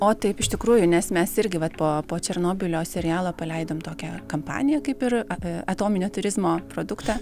o taip iš tikrųjų nes mes irgi vat po po černobylio serialo paleidom tokią kampaniją kaip ir apie atominio turizmo produktą